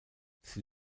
sie